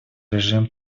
режим